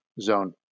zone